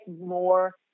more